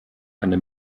eine